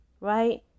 right